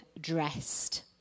dressed